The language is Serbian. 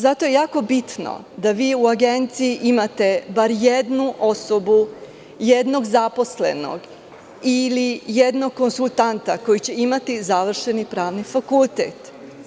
Zato je jako bitno da vi u agenciji imate bar jednu osobu, jednog zaposlenog ili jednog konsultanta koji će imati završeni pravni fakultet.